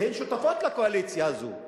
והן שותפות לקואליציה הזאת,